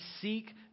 seek